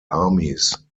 armies